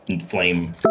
flame